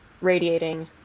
radiating